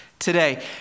today